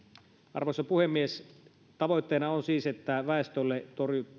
arvoisa puhemies tavoitteena on siis että väestölle